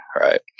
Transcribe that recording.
right